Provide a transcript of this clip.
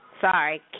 Sorry